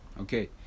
okay